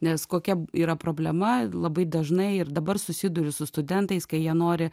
nes kokia yra problema labai dažnai ir dabar susiduriu su studentais kai jie nori